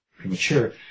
premature